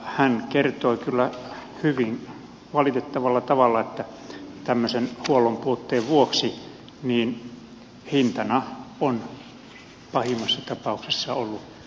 hän kertoi kyllä hyvin valitettavalla tavalla että tämmöisen huollon puutteen vuoksi hintana on pahimmassa tapauksessa ollut itsemurha